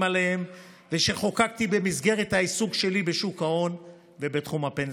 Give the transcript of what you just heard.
עליהם ושחוקקתי במסגרת העיסוק שלי בשוק ההון ובתחום הפנסיה.